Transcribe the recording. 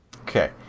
Okay